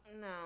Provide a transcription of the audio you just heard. No